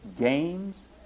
games